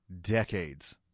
decades